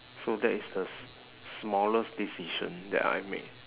so that is the s~ smallest decision that I make